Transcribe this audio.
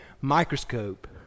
microscope